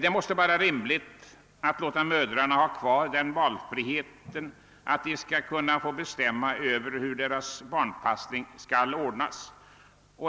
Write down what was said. Det måste vara rimligt att låta mödrarna ha kvar valfriheten att få bestämma över hur deras barnpassning skall ordnas.